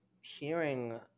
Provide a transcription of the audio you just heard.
hearing